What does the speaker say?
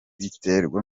biterwa